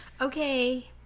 okay